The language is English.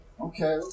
Okay